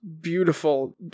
Beautiful